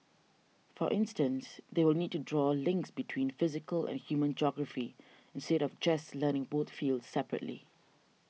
for instance they will need to draw links between physical and human geography instead of just learning both fields separately